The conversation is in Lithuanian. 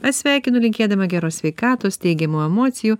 aš sveikinu linkėdama geros sveikatos teigiamų emocijų